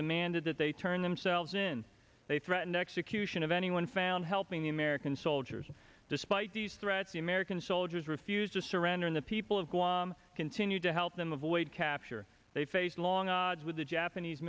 demanded that they turn themselves in they threatened execution of anyone found helping the american soldiers despite these threats the american soldiers refused to surrender in the people of guam continued to help them avoid capture they faced long odds with the japanese